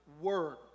word